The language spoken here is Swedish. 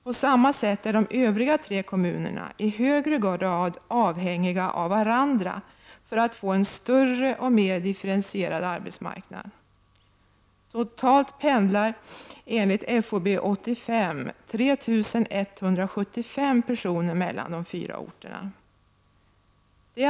På samma sätt är de övriga tre kommunerna i hög grad avhängiga av varandra för att få en större och mer differentierad arbetsmarknad. Totalt pendlar, enligt FOB-85, 3 175 personer mellan de fyra orterna.